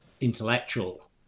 intellectual